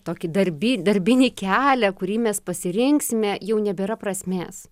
tokį darbi darbinį kelią kurį mes pasirinksime jau nebėra prasmės